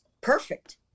perfect